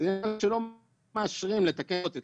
--- שלא מאשרים לתקן את זה,